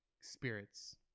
spirits